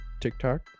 TikTok